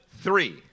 three